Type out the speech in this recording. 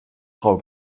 frau